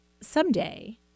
someday